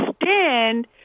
extend